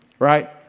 right